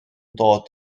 dod